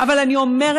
אבל אני אומרת,